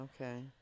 Okay